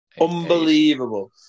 Unbelievable